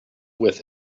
with